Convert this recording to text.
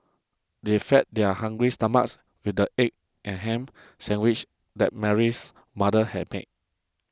they fed their hungry stomachs with the egg and ham sandwiches that Mary's mother had made